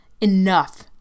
Enough